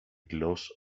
gloss